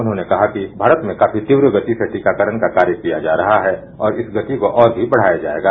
उन्होंने कहा कि भारत में काफी तीव्र गति से टीकाकरण का कार्य किया जा रहा है और इस गति से और भी बढ़ाया जायेगा